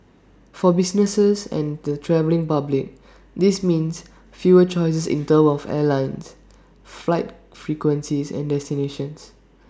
for businesses and the travelling public this means fewer choices in terms of airlines flight frequencies and destinations